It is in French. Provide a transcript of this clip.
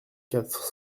quatre